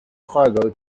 cargo